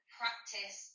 practice